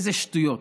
איזה שטויות.